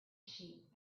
sheep